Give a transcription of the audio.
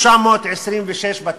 926 בתים.